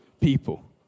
people